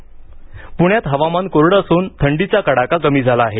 हवामान पुण्यात हवामान कोरडं असून थंडीचा कडाका कमी झाला आहे